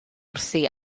wrthi